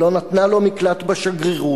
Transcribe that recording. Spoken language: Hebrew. ולא נתנה לו מקלט בשגרירות,